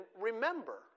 remember